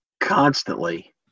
constantly